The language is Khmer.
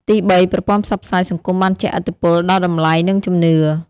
ទីបី ប្រព័ន្ធផ្សព្វផ្សាយសង្គមបានជះឥទ្ធិពលដល់តម្លៃ និងជំនឿ។